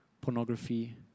pornography